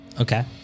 Okay